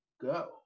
go